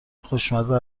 خوشمزه